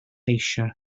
eisiau